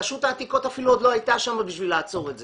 רשות העתיקות אפילו עוד לא הייתה שם בשביל לעצור את זה.